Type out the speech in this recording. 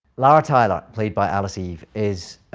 lara tyler, played by alice eve, is